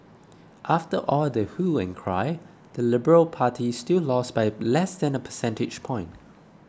after all the hue and cry the liberal party still lost by less than a percentage point